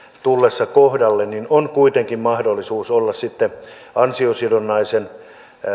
tullessa kohdalle on kuitenkin mahdollisuus olla sitten ansiosidonnaisen